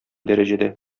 дәрәҗәдә